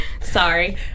Sorry